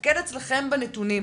להסתכל אצלכם בנתונים,